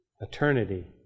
Eternity